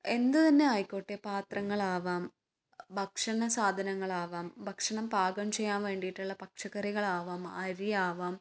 എന്ത് തന്നെ ആയിക്കോട്ടെ പാത്രങ്ങളാവാം ഭക്ഷണസാധനങ്ങളാവാം ഭക്ഷണം പാകം ചെയ്യാൻ വേണ്ടീട്ടുള്ള പച്ചക്കറികളാവാം അരിയാവാം